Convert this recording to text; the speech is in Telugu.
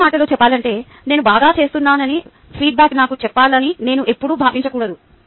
మరో మాటలో చెప్పాలంటే నేను బాగా చేస్తున్నానని ఫీడ్బ్యాక్ నాకు చెప్పాలని నేను ఎప్పుడూ భావించకూడదు